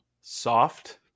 soft